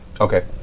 Okay